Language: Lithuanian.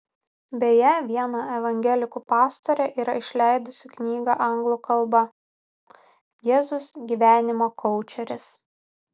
beje viena evangelikų pastorė yra išleidusi knygą anglų kalba jėzus gyvenimo koučeris